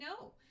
No